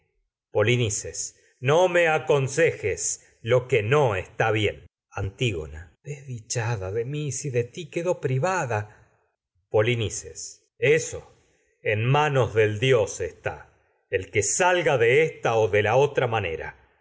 créeme me aconsejes lo que no está bien antígona vada desdichada de mi si de ti quedo pri polinices eso en manos del dios está el que sal por ga de ésta o de la otra manera